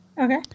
Okay